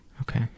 Okay